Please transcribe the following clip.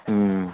ꯎꯝ